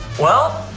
well,